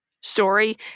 story